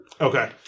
Okay